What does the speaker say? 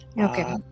Okay